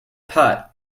pot